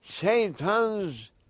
Satan's